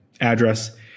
address